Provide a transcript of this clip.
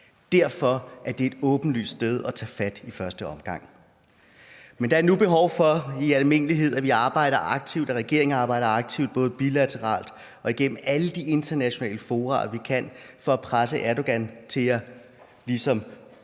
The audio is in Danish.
Derfor er det et åbenlyst sted at tage fat i første omgang. Men der er nu behov for i almindelighed, at vi arbejder aktivt, at regeringen arbejder aktivt, både bilateralt og gennem alle de internationale fora, vi kan, for at presse Erdogan til at